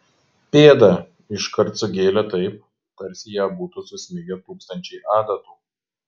pėdą iškart sugėlė taip tarsi į ją būtų susmigę tūkstančiai adatų